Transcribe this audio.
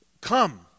come